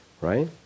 Right